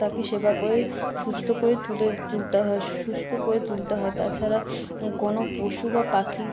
তাকে সেবা করে সুস্থ করে তুলে তুলতে হয় সুস্থ করে তুলতে হয় তাছাড়া কোনও পশু বা পাখি